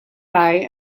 eye